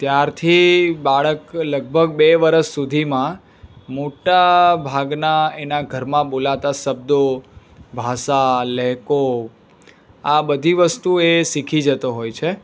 ત્યારથી બાળક લગભગ બે વરસ સુધીમા મોટા ભાગમાં એના ઘરમાં બોલાતા શબ્દો ભાષા લહેકો આ બધી વસ્તુ એ શીખી જતો હોય છે